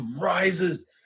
rises